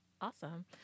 Awesome